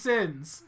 Sins